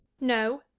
No